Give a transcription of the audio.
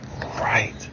right